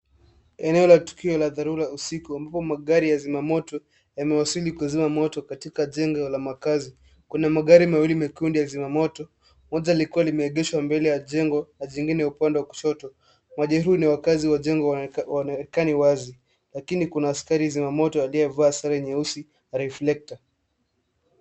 Eneo la tukio la dharura usiku ambapo magari ya zimamoto yamewasili kuzima moto katika jengo la makazi. Kuna magari mawili mekundu ya zimamoto, moja likiwa limeegeshwa mbele ya jengo na jingine upande wa kushoto. majeruhi ni wakazi wa jengo hawaonekani wazi, lakini kuna askari zimamoto, aliyevaa sare nyeusi reflector .